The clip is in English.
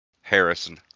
Harrison